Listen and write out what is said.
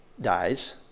dies